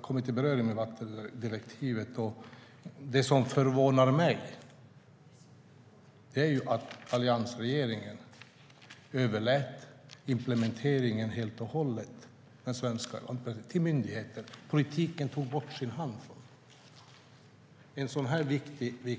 kommit i beröring med vattendirektivet, och det som förvånar mig är att alliansregeringen överlät implementeringen helt och hållet till myndigheten. Politiken tog bort sin hand från en så viktig fråga.